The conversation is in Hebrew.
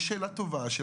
יש שאלה טובה.